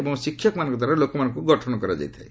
ଏବଂ ଶିକ୍ଷକମାନଙ୍କ ଦ୍ୱାରା ଲୋକମାନଙ୍କୁ ଗଠନ କରାଯାଇଥାଏ